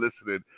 listening